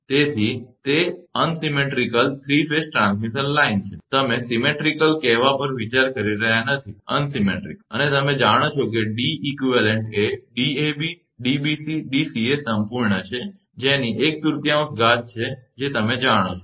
તેથી તે અનસીમેટ્રીકલઅસમપ્રમાણતાવાળી 3 ફેઝ ટ્રાન્સમિશન લાઇન છે તમે સમપ્રમાણતાવાળાસીમેટ્રીકલ કહેવા પર વિચારણા કરી રહ્યાં નથી unsymmetrical અને તમે જાણો છો કે D સમકક્ષ એ 𝐷𝑎𝑏 𝐷𝑏𝑐 𝐷𝑐𝑎 સંપૂર્ણ છે જેની એક તૃતીયાંશ ઘાત છે જે તમે જાણો છો